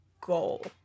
goal